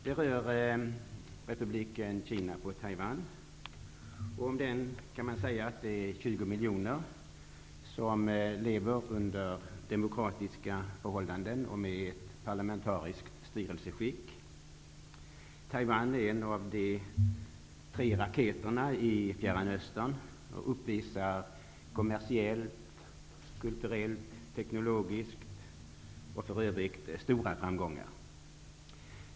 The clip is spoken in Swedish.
De rör republiken Kina/Taiwan. 20 miljoner människor lever där under demokratiska förhållanden och med ett parlamentariskt styrelseskick. Taiwan är en av de tre raketerna i Fjärran Östern och uppvisar kommersiellt, kulturellt, teknologiskt och på andra områden stora framgångar.